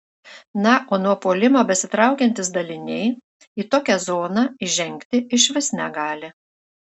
na o nuo puolimo besitraukiantys daliniai į tokią zoną įžengti išvis negali